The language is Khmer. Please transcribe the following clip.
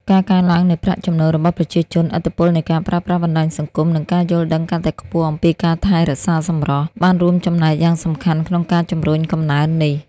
ការកើនឡើងនូវប្រាក់ចំណូលរបស់ប្រជាជន ឥទ្ធិពលនៃការប្រើប្រាស់បណ្ដាញសង្គម និងការយល់ដឹងកាន់តែខ្ពស់អំពីការថែរក្សាសម្រស់ បានរួមចំណែកយ៉ាងសំខាន់ក្នុងការជំរុញកំណើននេះ។